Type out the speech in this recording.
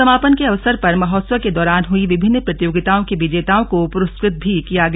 समापन के अवसर पर महोत्सव के दौरान हुई विभिन्न प्रतियोगिताओं के विजेताओं को पुरस्कृत भी किया गया